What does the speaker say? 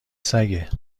سگه